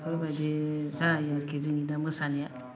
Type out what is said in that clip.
बेफोरबायदि जायो आरोखि जोंनि दा मोसानाया